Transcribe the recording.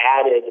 added